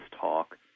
talk